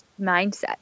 mindset